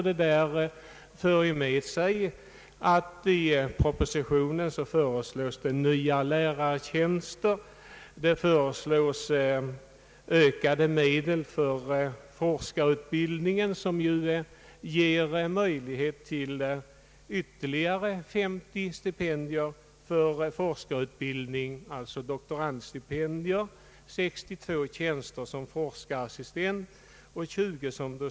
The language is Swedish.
Detta har fört med sig att det i propositionen föreslås nya lärartjänster, ökade medel för forskarutbildningen med möjligheter till ytterligare 50 stipendier i form av doktorandstipendier, 62 tjänster som forskarassistent och 20 docenttjänster.